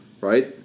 right